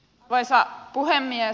arvoisa puhemies